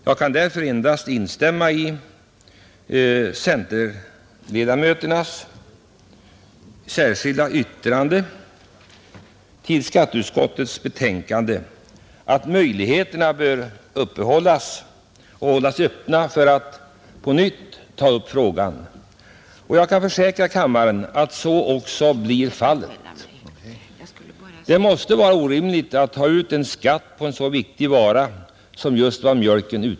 Jag kan endast instämma i vad centerledamöterna framhållit i sitt särskilda yttrande om ”att möjligheter bör hållas öppna för att på nytt ta upp frågan”. Jag kan försäkra kammaren att så också blir fallet. Det måste vara orimligt att ta ut skatt på en så viktig vara som mjölken.